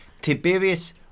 Tiberius